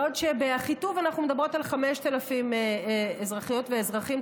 בעוד שבאחיטוב אנחנו מדברות על 5,000 אזרחיות ואזרחים,